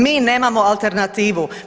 Mi nemamo alternativu.